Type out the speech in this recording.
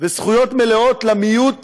וזכויות מלאות למיעוט